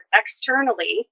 externally